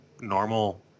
normal